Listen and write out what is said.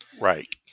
Right